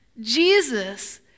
Jesus